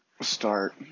start